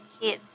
kid